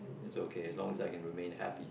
it's okay as long as I can remain happy